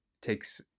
takes